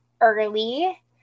early